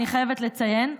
אני חייבת לציין,